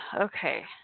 Okay